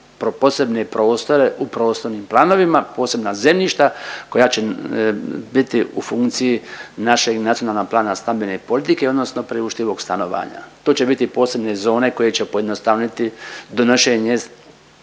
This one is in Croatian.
posebne prostore u prostornim planovima, posebna zemljišta koja će biti u funkciji našega Nacionalnog plana stambene politike odnosno priuštivog stanovanja. To će biti posebne zone koje će pojednostaviti donošenje